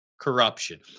corruption